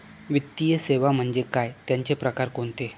वित्तीय सेवा म्हणजे काय? त्यांचे प्रकार कोणते?